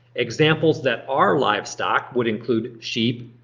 examples that are livestock would include sheep,